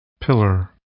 Pillar